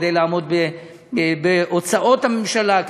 כדי לעמוד בהוצאות הממשלה,